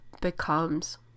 becomes